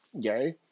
gay